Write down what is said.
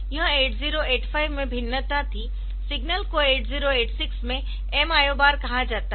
यह 8085 में भिन्नता थी सिग्नल को 8086 में M IO बार कहा जाता था